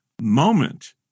moment